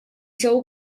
segur